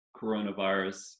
coronavirus